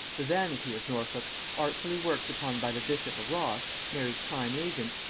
the vanity of norfolk, artfully worked upon by the bishop of ross, mary's prime agent,